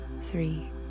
three